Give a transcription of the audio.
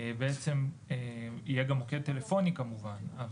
בעצם יהיה גם מוקד טלפוני כמובן,